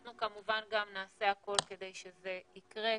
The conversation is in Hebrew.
אנחנו כמובן גם נעשה הכול כדי שזה יקרה.